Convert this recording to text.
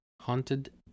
haunted